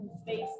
space